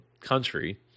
country